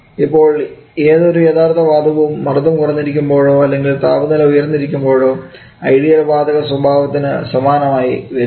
അപ്പോൾ ഏതൊരു യഥാർഥ വാതകവും മർദ്ദം കുറഞ്ഞിരിക്കുമ്പോളോ അല്ലെങ്കിൽ താപനില ഉയർന്നിരിക്കുമ്പോളോ ഐഡിയൽ വാതക സ്വഭാവത്തിനു സമാനമായി വരുന്നു